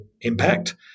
impact